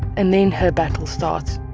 and then her battle starts